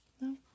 No